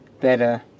better